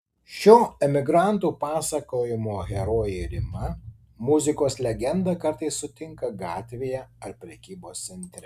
šio emigrantų pasakojimo herojė rima muzikos legendą kartais sutinka gatvėje ar prekybos centre